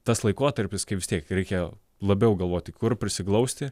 tas laikotarpis kai vis tiek reikia labiau galvoti kur prisiglausti